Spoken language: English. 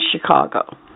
Chicago